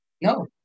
No